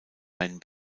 man